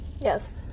yes